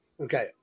Okay